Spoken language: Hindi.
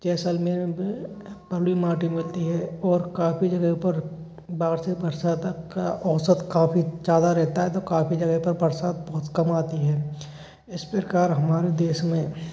जैसलमेर में अंबी माटी मिलती है और काफ़ी जगह पर बाड़ से बरसा तक का औसत काफी ज्यादा रहता है तो काफी जगह पर बरसात बहुत कम आती है इस प्रकार हमारे देश में